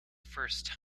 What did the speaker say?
first